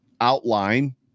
outline